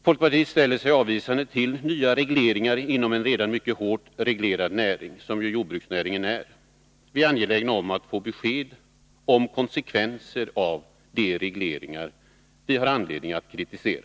Folkpartiet ställer sig avvisande till nya regleringar inom en redan mycket hårt reglerad näring som jordbruksnäringen är. Vi är angelägna om att få besked om konsekvenserna av de regleringar vi har anledning att kritisera.